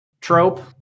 trope